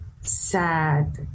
sad